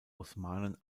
osmanen